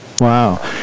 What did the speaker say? Wow